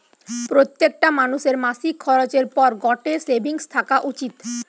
প্রত্যেকটা মানুষের মাসিক খরচের পর গটে সেভিংস থাকা উচিত